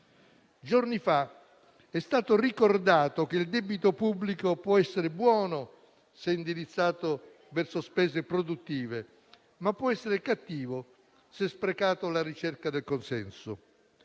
Giorni fa è stato ricordato che il debito pubblico può essere buono, se indirizzato verso spese produttive, ma può essere cattivo, se sprecato alla ricerca del consenso.